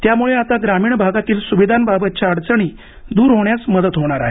त्यामुळे आता ग्रामीण भागातील सुविधांबाबतच्या अडचणी दूर होण्यास मदत होणार आहे